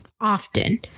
often